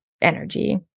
energy